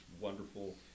wonderful